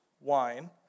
wine